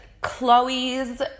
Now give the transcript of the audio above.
Chloe's